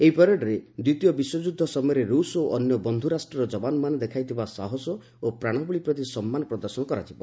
ଏହି ପରେଡରେ ଦ୍ୱିତୀୟ ବିଶ୍ୱଯୁଦ୍ଧ ସମୟରେ ରୁଷ୍ ଓ ଅନ୍ୟ ବନ୍ଧୁ ରାଷ୍ଟ୍ରର ଜବାନମାନେ ଦେଖାଇଥିବା ସାହସ ଓ ପ୍ରାଣବଳି ପ୍ରତି ସମ୍ମାନ ପ୍ରଦର୍ଶନ କରାଯିବ